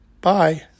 bye